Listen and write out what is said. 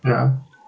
ya